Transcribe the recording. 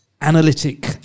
analytic